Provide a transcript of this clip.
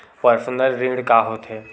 Personal ऋण का होथे?